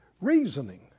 reasoning